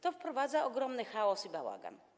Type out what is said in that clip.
To wprowadza ogromny chaos i bałagan.